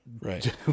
Right